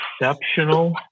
exceptional